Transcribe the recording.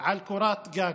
על קורת גג.